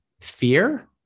fear